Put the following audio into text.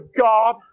God